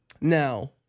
Now